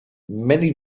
many